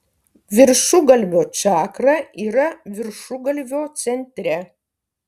viršugalvio čakra yra viršugalvio centre